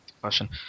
question